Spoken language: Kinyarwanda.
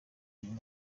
inyuma